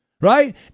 right